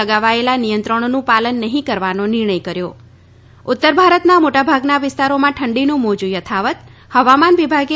લગાવાયેલા નિયંત્રણોનું પાલન નહી કરવાનો નિર્ણય કર્યો ઉત્તરભારતના મોટાભાગના વિસ્તારોમાં ઠંડીનું મોજુ યથાવત હવામાન વિભાગે